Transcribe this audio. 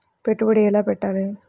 పెట్టుబడి ఎలా పెట్టాలి?